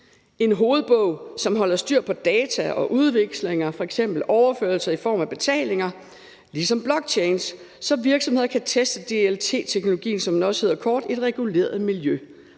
en hovedbog, som holder styr på data og udvekslinger, f.eks. overførsler i form af betalinger, ligesom blockchains, så virksomheder kan teste DLT-teknologien, som den forkortet også hedder, i et reguleret miljø.